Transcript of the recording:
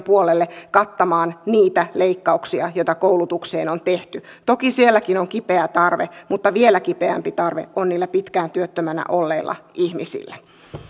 puolelle kattamaan niitä leikkauksia joita koulutukseen on tehty toki sielläkin on kipeä tarve mutta vielä kipeämpi tarve on niillä pitkään työttömänä olleilla ihmisillä